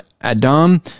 Adam